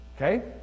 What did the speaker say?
Okay